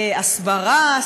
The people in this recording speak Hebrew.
הסברה,